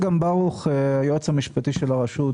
היועץ המשפטי של הרשות,